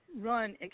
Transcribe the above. run